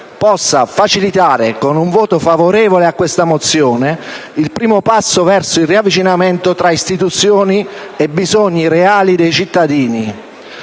possa facilitare, con un voto favorevole a questa mozione, il primo passo verso il riavvicinamento tra istituzioni e bisogni reali dei cittadini.